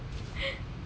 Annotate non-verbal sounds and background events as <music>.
<breath>